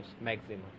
maximum